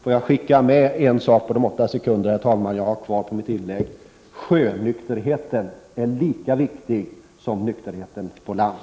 Får jag skicka med en sak på de åtta sekunder jag har kvar av min taletid: Sjönykerheten är lika viktig som nykterheten på land.